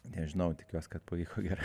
nežinau tikiuos kad pavyko gerai